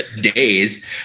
days